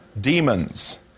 demons